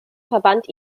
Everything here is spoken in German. verband